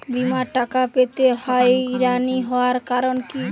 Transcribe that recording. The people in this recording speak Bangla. বিমার টাকা পেতে হয়রানি হওয়ার কারণ কি?